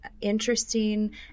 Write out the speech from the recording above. interesting